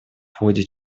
ходе